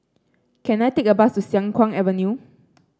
can I take a bus to Siang Kuang Avenue